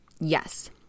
Yes